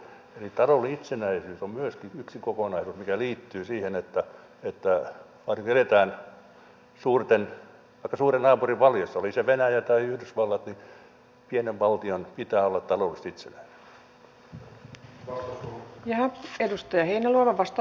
eli taloudellinen itsenäisyys on myöskin yksi kokonaisuus mikä liittyy siihen että varsinkin jos eletään aika suuren naapurin varjossa oli se venäjä tai yhdysvallat niin pienen valtion pitää olla taloudellisesti itsenäinen